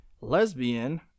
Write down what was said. lesbian